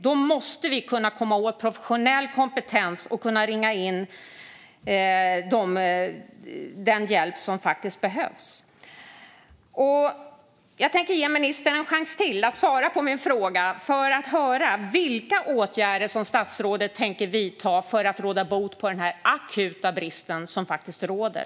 Då måste vi kunna komma åt professionell kompetens och kunna ringa in den hjälp som faktiskt behövs. Jag tänker ge ministern en chans till att svara på min fråga. Vilka åtgärder tänker statsrådet vidta för att råda bot på denna akuta brist som faktiskt råder?